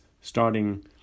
starting